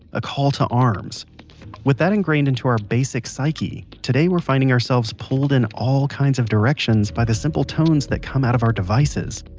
a call to arms with that ingrained into our basic psyche, today we're finding ourselves pulled in all kinds of directions by the simple tones that come out of our devices.